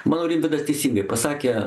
manau rimvydas teisingai pasakė